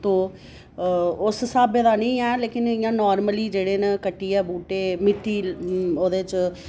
तो उस स्हाबै दा निं ऐ लेकिन इं'या नॉर्मली जेह्ड़े न कट्टियै बूह्टे मिट्टी ओह्दे च